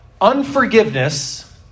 Unforgiveness